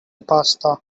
pasta